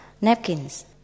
napkins